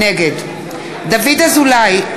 נגד דוד אזולאי,